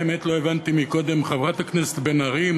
האמת, גם אני לא הבנתי קודם, חברת הכנסת בן ארי,